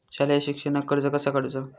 शालेय शिक्षणाक कर्ज कसा काढूचा?